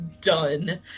done